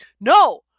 no